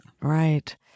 Right